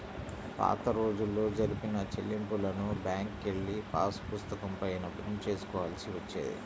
పాతరోజుల్లో జరిపిన చెల్లింపులను బ్యేంకుకెళ్ళి పాసుపుస్తకం పైన ప్రింట్ చేసుకోవాల్సి వచ్చేది